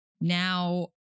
now